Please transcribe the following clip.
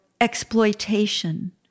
exploitation